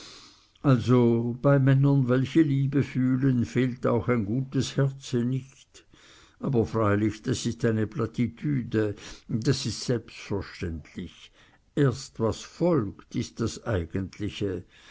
also bei männern welche liebe fühlen fehlt auch ein gutes herze nicht aber freilich das ist eine platitüde das ist selbstverständlich erst was folgt ist das eigentliche